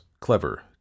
clever